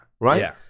Right